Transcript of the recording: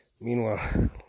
meanwhile